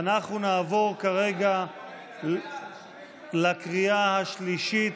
ואנחנו נעבור כרגע לקריאה השלישית.